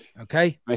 okay